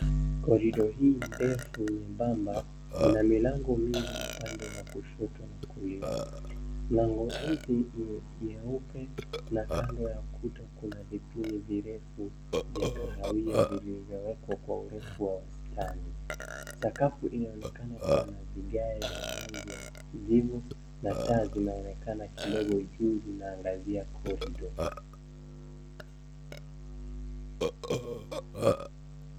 Corridor hii ndefu nyembaba ina milango mingi upande wa kushoto na kulia. Milango izi ni vyeupe na kando ya ukuta kuna vipini virefu vya kahawia viliyowekwa kwa urefu wastani. Sakafu inaoenkana kuwa na vigayo vya rangi ya kijivu na taa zinaonekana kidogo juu vinaangazia corridor .